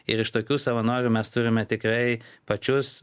ir iš tokių savanorių mes turime tikrai pačius